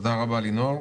תודה רבה, לינור.